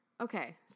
Okay